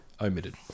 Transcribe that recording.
omitted